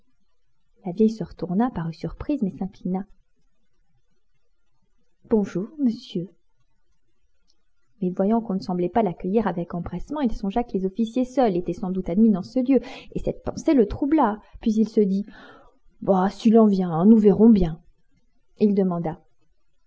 la vieille se retourna parut surprise mais s'inclina bonjour monsieur mais voyant qu'on ne semblait pas l'accueillir avec empressement il songea que les officiers seuls étaient sans doute admis dans ce lieu et cette pensée le troubla puis il se dit bah s'il en vient un nous verrons bien et il demanda